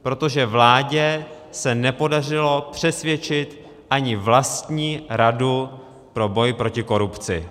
Protože se vládě se nepodařilo přesvědčit ani vlastní radu pro boj proti korupci.